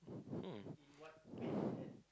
mm